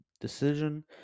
decision